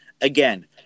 Again